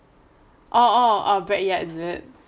oh oh bread yard is it